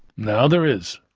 now there is.